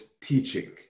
teaching